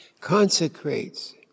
consecrates